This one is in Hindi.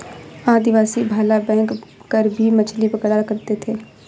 आदिवासी भाला फैंक कर भी मछली पकड़ा करते थे